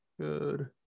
Good